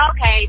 Okay